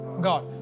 God